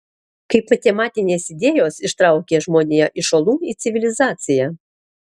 kaip matematinės idėjos ištraukė žmoniją iš olų į civilizaciją